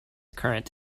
current